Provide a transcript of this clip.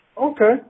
Okay